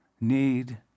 need